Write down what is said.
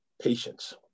Patience